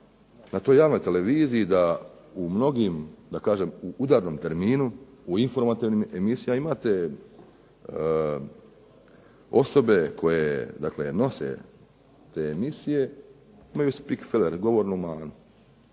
na toj javnoj televiziji da u mnogim, da kažem u udarnom terminu u informativnim emisijama imate osobe koje nose te emisije, imaju speeck feler, govornu manu.